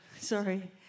sorry